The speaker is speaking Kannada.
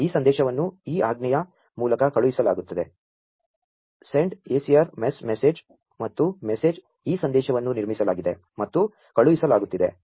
ಈ ಸಂ ದೇ ಶವನ್ನು ಈ ಆಜ್ಞೆಯ ಮೂ ಲಕ ಕಳು ಹಿಸಲಾ ಗು ತ್ತದೆ send acr mes msg ಮತ್ತು msg ಈ ಸಂ ದೇ ಶವನ್ನು ನಿರ್ಮಿ ಸಲಾ ಗಿದೆ ಮತ್ತು ಕಳು ಹಿಸಲಾ ಗು ತ್ತಿದೆ